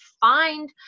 find